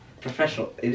professional